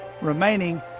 remaining